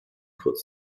kurz